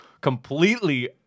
completely